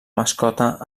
mascota